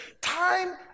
time